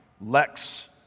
Lex